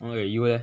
!oi! you leh